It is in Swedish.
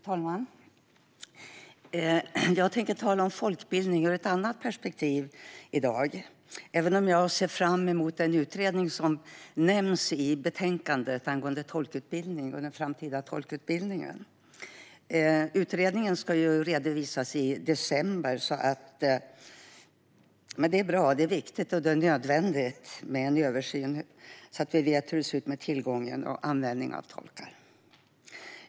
Fru talman! Jag tänker tala om folkbildning ur ett annat perspektiv i dag, även om jag ser fram emot den utredning som nämns i betänkandet angående den framtida tolkutbildningen. Utredningen ska redovisas i december. Det är bra, viktigt och nödvändigt med en översyn så att vi vet hur det ser ut med tillgången på och användningen av tolkar.